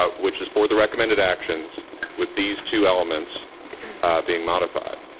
ah which is for the recommended actions with these two elements ah being modified.